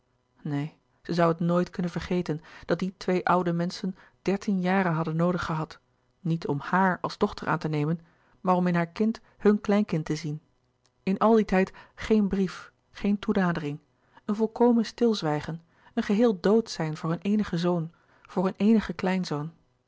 zij zoû het nooit kunnen vergeten dat die twee oude menschen dertien jaren hadden noodig gehad niet om haar als dochter aan te nemen maar om in haar kind hun kleinkind te zien in al dien tijd geen brief geen toenadering een volkomen stilzwijgen een geheel dood zijn voor hun eenigen zoon voor hun eenigen kleinzoon